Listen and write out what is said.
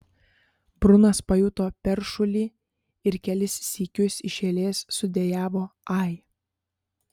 brunas pajuto peršulį ir kelis sykius iš eilės sudejavo ai